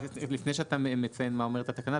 לפני שאתה מציין מה אומרת התקנה,